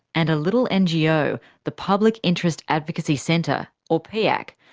and a little ngo, the public interest advocacy centre or piac,